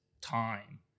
time